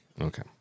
Okay